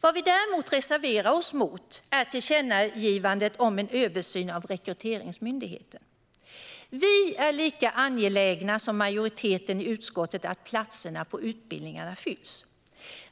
Vad vi däremot reserverar oss mot är tillkännagivandet om en översyn av Rekryteringsmyndigheten. Vi är lika angelägna som majoriteten i utskottet om att platserna på utbildningen fylls.